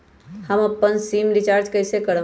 हम अपन SIM recharge कइसे करम?